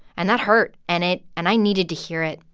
and that hurt. and it and i needed to hear it.